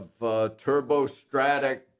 turbostratic